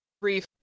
brief